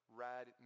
rad